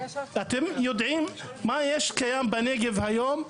אתם יודעים מה קיים בנגב היום?